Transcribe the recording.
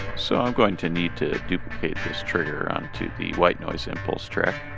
so i'm going to need to duplicate this trigger onto the white noise impulse track,